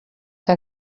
que